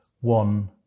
one